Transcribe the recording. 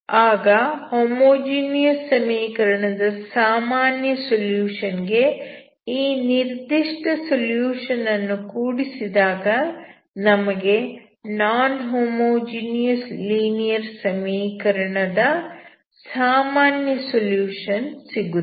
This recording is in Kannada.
ಆಗ ಹೋಮೋಜೀನಿಯಸ್ ಸಮೀಕರಣದ ಸಾಮಾನ್ಯ ಸೊಲ್ಯೂಷನ್ ಗೆ ಈ ನಿರ್ದಿಷ್ಟ ಸೊಲ್ಯೂಷನ್ ಅನ್ನು ಕೂಡಿಸಿದಾಗ ನಮಗೆ ನಾನ್ ಹೋಮೋಜಿನಿಯಸ್ ಲೀನಿಯರ್ ಸಮೀಕರಣ ದ ಸಾಮಾನ್ಯ ಸೊಲ್ಯೂಷನ್ ಸಿಗುತ್ತದೆ